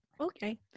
okay